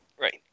right